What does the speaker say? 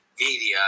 media